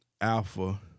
Alpha